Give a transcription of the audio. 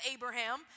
Abraham